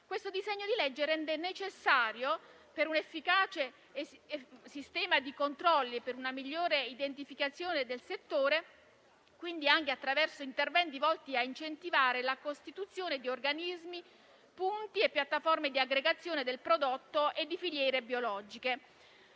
questo disegno di legge rende necessari, per un efficace sistema di controlli e per una migliore identificazione del settore, interventi volti a incentivare la costituzione di organismi, punti e piattaforme di aggregazione del prodotto e di filiere biologiche.